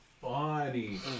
funny